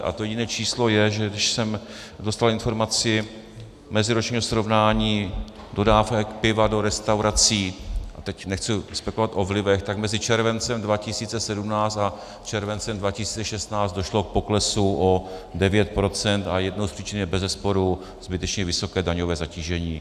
A to jiné číslo je, že když jsem dostal informaci meziročního srovnání dodávek piva do restaurací, teď nechci spekulovat o vlivech, tak mezi červencem 2017 a červencem 2016 došlo k poklesu o 9 procent a jednoznačně je bezesporu zbytečně vysoké daňové zatížení.